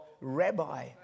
rabbi